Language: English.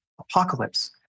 Apocalypse